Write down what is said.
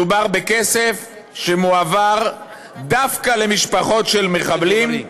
מדובר בכסף שמועבר דווקא למשפחות של מחבלים,